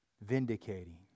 vindicating